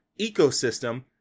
ecosystem